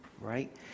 right